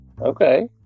Okay